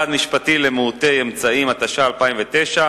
(סעד משפטי למעוטי אמצעים), התש"ע 2009,